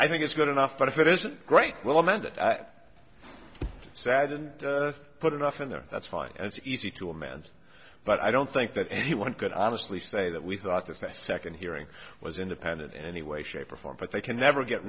i think it's good enough but if it isn't great well mended sad and put enough in there that's fine as easy to imagine but i don't think that anyone could honestly say that we thought that the second hearing was independent any way shape or form but they can never get